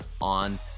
on